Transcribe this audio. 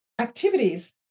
activities